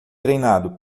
treinado